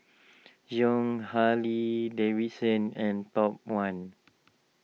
Jon Harley Davidson and Top one